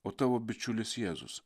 o tavo bičiulis jėzus